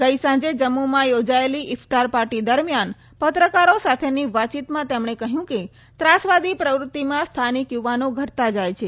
ગઈ સાંજે જમ્મુમાં યોજેલી ઈફતાર પાર્ટી દરમિયાન પત્રકારો સાથેની વાતચીતમાં તેમણે કહયું કે ત્રાસવાદી પ્રવૃત્તિમાં સ્થાનિક યુવાનો ઘટતા જાય છે